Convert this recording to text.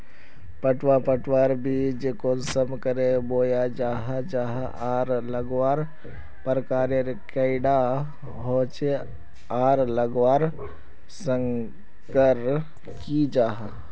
पटवा पटवार बीज कुंसम करे बोया जाहा जाहा आर लगवार प्रकारेर कैडा होचे आर लगवार संगकर की जाहा?